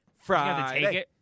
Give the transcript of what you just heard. Friday